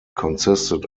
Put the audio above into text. consisted